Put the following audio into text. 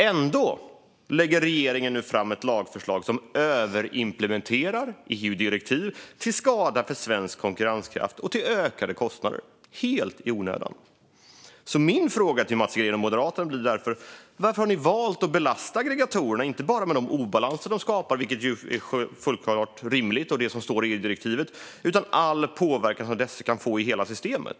Ändå lägger regeringen nu fram ett lagförslag som överimplementerar ett EU-direktiv, till skada för svensk konkurrenskraft och till ökade kostnader - helt i onödan. Min fråga till Mats Green och Moderaterna blir därför: Varför har ni valt att belasta aggregatorerna inte bara med de obalanser de skapar, vilket är fullt rimligt och det som står i EU-direktivet, utan med all påverkan som dessa kan få i hela systemet?